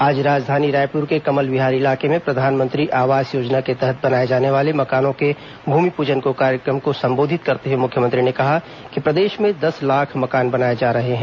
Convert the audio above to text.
आज राजधानी रायपुर के कमल विहार इलाके में प्रधानमंत्री आवास योजना के तहत बनाए जाने वाले मकानों के भूमिपूजन कार्यक्रम को संबोधित करते हुए मुख्यमंत्री ने कहा कि प्रदेश में दस लाख मकान बनाए जा रहे हैं